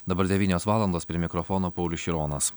dabar devynios valandos prie mikrofono paulius šironas